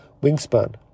wingspan